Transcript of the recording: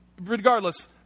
regardless